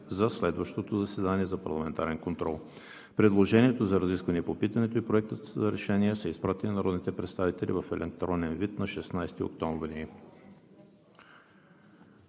за следващото заседание за парламентарен контрол. Предложението за разисквания по питането и Проекта за решение са изпратени на народните представители в електронен вид на 16 октомври